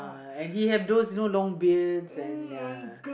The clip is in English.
and he have those you know long beard and ya